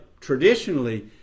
traditionally